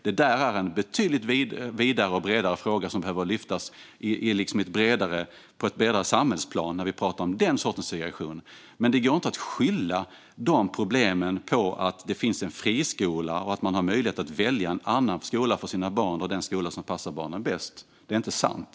Det är en betydligt vidare fråga som behöver lyftas upp på ett bredare samhällsplan, men det går inte att skylla problemen på att det finns en friskola och möjligheten att välja en annan skola som passar barnen bäst. Det är inte sant.